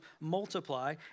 multiply